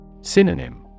Synonym